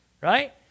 right